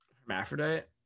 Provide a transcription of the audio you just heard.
Hermaphrodite